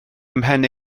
ymhen